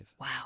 Wow